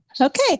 Okay